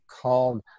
called